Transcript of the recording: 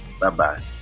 Bye-bye